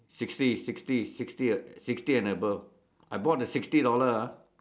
sixty sixty sixty sixty and above I bought the sixty dollar ah